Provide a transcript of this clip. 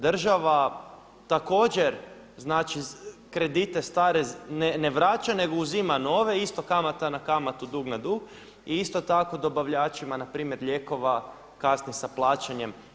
Država također znači kredite stare ne vraća nego uzima nove, isto kamata na kamatu, dug na dug i isto tako dobavljačima, npr. lijekova kasni sa plaćanjem.